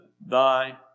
thy